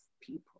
people